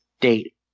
date